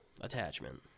attachment